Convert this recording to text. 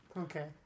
Okay